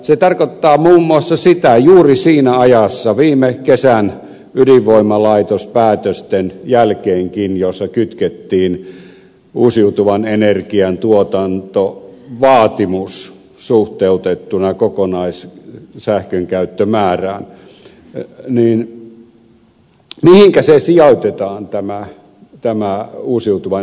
se tarkoittaa muun muassa sitä juuri siinä ajassa viime kesän ydinvoimalaitospäätösten jälkeenkin jolloin kytkettiin uusiutuvan energian tuotantovaatimus suhteutettuna kokonaissähkönkäyttömäärään että mihinkä sijoitetaan tämä uusiutuvan energian tuotanto